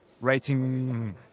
writing